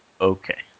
Okay